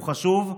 הוא חשוב.